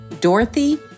Dorothy